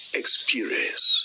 experience